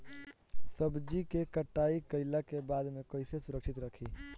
सब्जी क कटाई कईला के बाद में कईसे सुरक्षित रखीं?